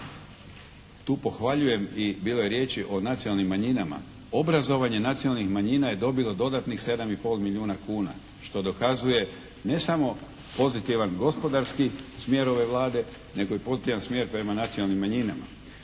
Tu pohvaljujem i bilo je riječi o nacionalnim manjinama. Obrazovanje nacionalnih manjina je dobilo dodatnih 7,5 milijuna kuna što dokazuje ne samo pozitivan gospodarski smjer ove Vlade nego i pozitivan smjer prema nacionalnim manjinama.